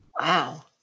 Wow